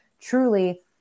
truly